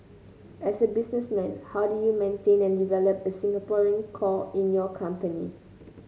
as a businessman how do you maintain and develop a Singaporean core in your company